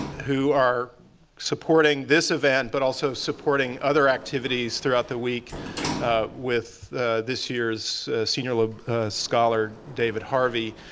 who are supporting this event but also supporting other activities throughout the week with this year's senior loeb scholar, david harvey.